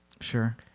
Sure